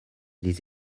les